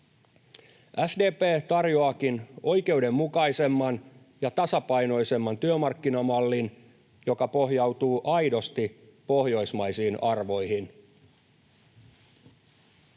SDP tarjoaakin oikeudenmukaisemman ja tasapainoisemman työmarkkinamallin, joka pohjautuu aidosti pohjoismaisiin arvoihin.